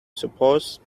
suppose